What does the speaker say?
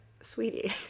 sweetie